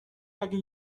اگه